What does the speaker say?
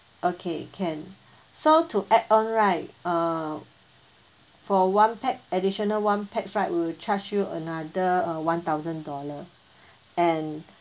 okay can so to add on right uh for one pax additional one pax right will charge you another uh one thousand dollar and